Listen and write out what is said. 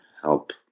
help